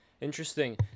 interesting